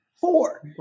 Four